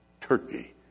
Turkey